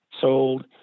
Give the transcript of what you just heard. sold